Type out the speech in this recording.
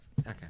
Okay